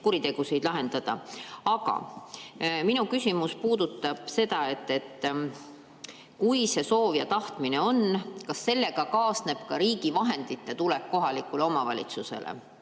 kuritegusid lahendada. Aga minu küsimus puudutab seda, et kui see soov ja tahtmine on, siis kas sellega kaasneb ka riigilt [lisa]vahendite tulek kohalikule omavalitsusele.